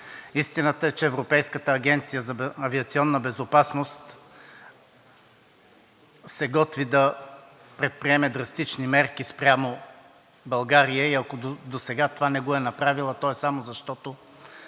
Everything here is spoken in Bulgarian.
Истината е, че Европейската агенция за авиационна безопасност се готви да предприеме драстични мерки спрямо България. Ако досега това не го е направила, то е само защото